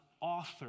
author